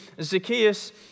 Zacchaeus